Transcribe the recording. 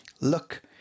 Look